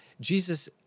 Jesus